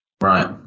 Right